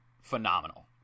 phenomenal